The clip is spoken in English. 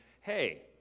hey